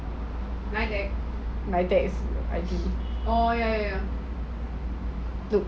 NITEC